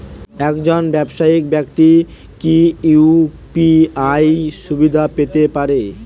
একজন ব্যাবসায়িক ব্যাক্তি কি ইউ.পি.আই সুবিধা পেতে পারে?